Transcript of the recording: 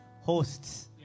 hosts